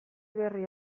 berri